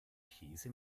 käse